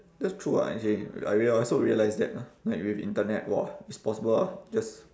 that's true ah actually I rea~ I also realised that lah like with internet !wah! it's possible ah just